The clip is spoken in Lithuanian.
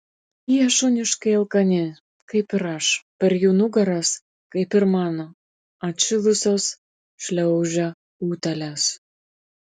jie šuniškai alkani kaip ir aš per jų nugaras kaip ir mano atšilusios šliaužia utėlės